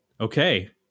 Okay